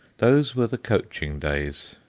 those were the coaching days,